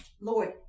Lord